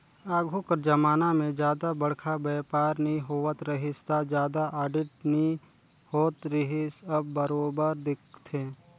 आघु कर जमाना में जादा बड़खा बयपार नी होवत रहिस ता जादा आडिट नी होत रिहिस अब बरोबर देखथे